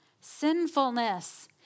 Sinfulness